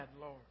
Lord